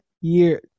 year